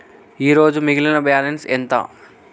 ఈరోజు మిగిలిన బ్యాలెన్స్ ఎంత?